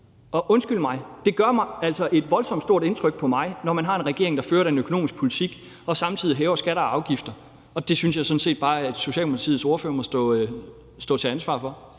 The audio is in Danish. Og undskyld mig, det gør altså voldsomt stort indtryk på mig, når man har en regering, der fører sådan en økonomisk politik og samtidig hæver skatter og afgifter. Det synes jeg sådan set bare at Socialdemokratiets ordfører må stå til ansvar for.